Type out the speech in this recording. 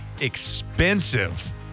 expensive